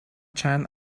چند